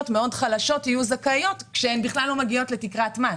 חלשות מאוד יהיו זכאיות כשהן בכלל לא מגיעות לתקרת מס.